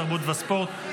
תרבות וספורט,